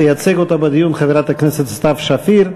תייצג אותה בדיון חברת הכנסת סתיו שפיר,